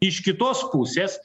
iš kitos pusės